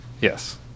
Yes